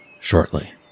shortly